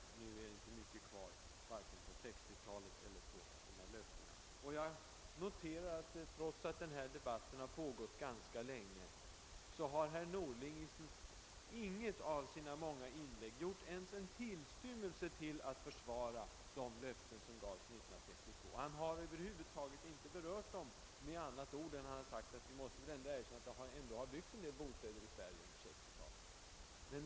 Nu är inte mycket kvar, vare sig av 1960-talet eller av löftena. Jag noterar att statsrådet Norling, trots att denna debatt har pågått ganska länge, inte i något av sina många inlägg har gjort ens en tillstymmelse till att försvara de löften som gavs 1962. Han har över huvud taget inte berört dem med andra ord än då han säger, att vi väl ändå måste erkänna att det har byggts en del bostäder i Sverige under 1960-talet.